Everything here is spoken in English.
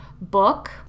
book